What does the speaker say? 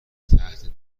تحت